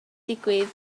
digwydd